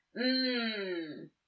Mmm